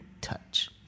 touch